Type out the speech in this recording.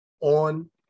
on